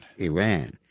Iran